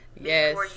Yes